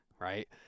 right